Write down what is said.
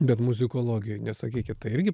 bet muzikologijoj nesakykit tai irgi